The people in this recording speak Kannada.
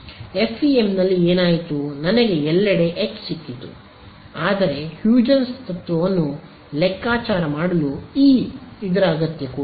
ಎಫ್ಇಎಂನಲ್ಲಿ ಏನಾಯಿತು ನನಗೆ ಎಲ್ಲೆಡೆ ಎಚ್ ಸಿಕ್ಕಿತು ಆದರೆ ಹ್ಯೂಜೆನ್ಸ್ ತತ್ವವನ್ನು ಲೆಕ್ಕಾಚಾರ ಮಾಡಲು ಇ ಅಗತ್ಯವಿದೆ